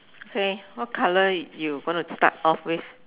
okay what colour you going to start off with